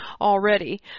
already